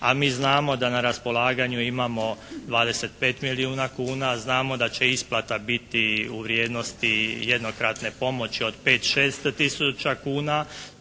a mi znamo da na raspolaganju imamo 25 milijuna kuna, znamo da će isplata biti u vrijednosti jednokratne pomoći od 5, 6 tisuća kuna.